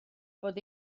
bod